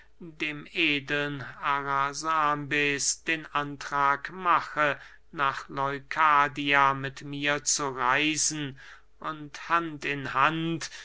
dem edeln arasambes den antrag mache nach leukadia mit mir zu reisen und hand in hand